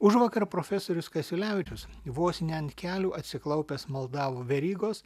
užvakar profesorius kasiulevičius vos ne ant kelių atsiklaupęs maldavo verygos